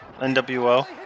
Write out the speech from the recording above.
NWO